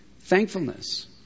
Thankfulness